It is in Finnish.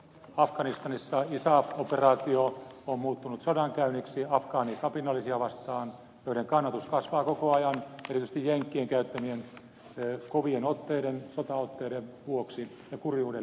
afganistanissa isaf operaatio on muuttunut sodankäynniksi afgaanikapinallisia vastaan joiden kannatus kasvaa koko ajan erityisesti jenkkien käyttämien kovien sotaotteiden vuoksi ja kurjuuden lisääntyessä